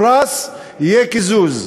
הפרס יהיה קיזוז.